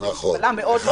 שזו מגבלה מאוד מאוד קשה.